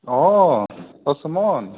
অঁ অঁ চুমন